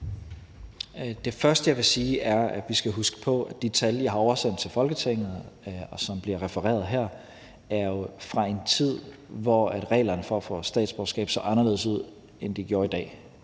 Det første, jeg vil sige, er, at vi skal huske på, at de tal, jeg har oversendt til Folketinget, og som bliver refereret her, jo er fra en tid, hvor reglerne for at få statsborgerskab så anderledes ud, end de gør i dag.